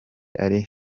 ari